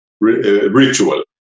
ritual